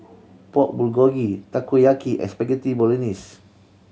Pork Bulgogi Takoyaki and Spaghetti Bolognese